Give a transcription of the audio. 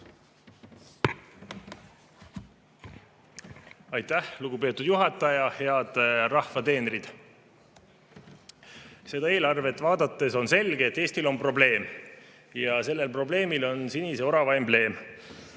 Aitäh, lugupeetud juhataja! Head rahva teenrid! Seda eelarvet vaadates on selge, et Eestil on probleem. Ja sellel probleemil on sinise orava embleem.